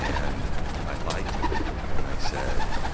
and i lied to them and i said,